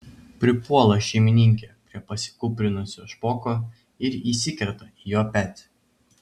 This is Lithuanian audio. pripuola šeimininkė prie pasikūprinusio špoko ir įsikerta į jo petį